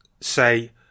say